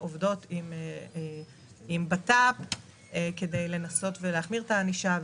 לכן אנחנו עובדות עם בט"פ כדי לנסות ולהחמיר את הענישה,